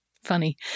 funny